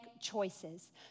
choices